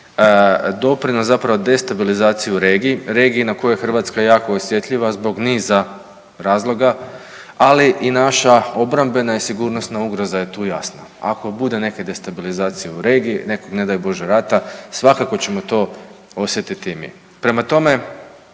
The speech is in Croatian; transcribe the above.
doprinos zapravo destabilizacije u regiji, regiji na koju je Hrvatska jako osjetljiva zbog niza razloga. Ali i naša obrambena i sigurnosna ugroza je tu jasna. Ako bude neke destabilizacije u regiji, nekog ne daj Bože rata svakako ćemo to osjetiti i mi. Prema tome